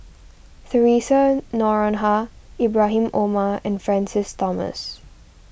theresa Noronha Ibrahim Omar and Francis Thomas